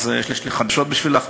יש לי חדשות בשבילך.